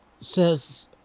says